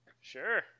Sure